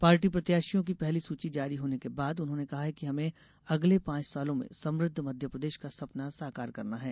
party प्रत्याशियों की पहली सूची जारी होने के बाद उन्होंने कहा है कि हमें अगले पांच सालों में समुद्ध मध्यप्रदेश का सपना साकार करना है